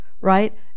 right